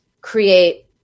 create